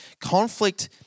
conflict